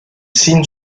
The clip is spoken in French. signe